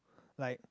like